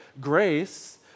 Grace